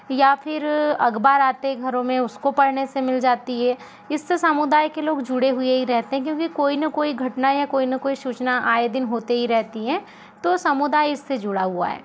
या फिर अखबार आते हैं घरों में उस को पढ़ने से मिल जाती है इससे समुदाय के लोग जुड़े हुए ही रहते हैं क्योंकि कोई ना कोई घटना या कोई ना कोई सूचना आए दिन होते ही रहती हैं तो समुदाय इससे जुड़ा हुआ है